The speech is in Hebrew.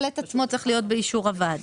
הפלט עצמו צריך להיות באישור הוועדה.